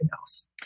else